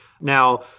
Now